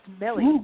Millie